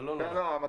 אבל לא נורא.